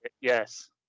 Yes